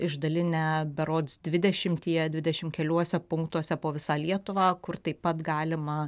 išdalinę berods dvidešimtyje dvidešimt keliuose punktuose po visą lietuvą kur taip pat galima